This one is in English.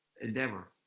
endeavor